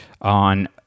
on